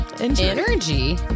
Energy